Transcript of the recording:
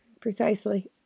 precisely